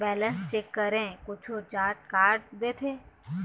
Balance check करें कुछू charge काट देथे?